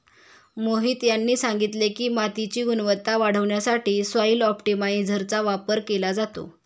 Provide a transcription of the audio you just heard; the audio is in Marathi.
मोहित यांनी सांगितले की, मातीची गुणवत्ता वाढवण्यासाठी सॉइल ऑप्टिमायझरचा वापर केला जातो